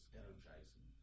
energizing